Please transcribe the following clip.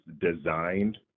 designed